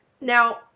Now